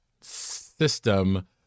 system